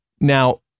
Now